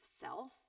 self